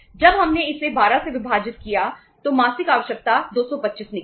जब हमने इसे 12 से विभाजित किया तो मासिक आवश्यकता 225 निकली